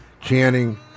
Channing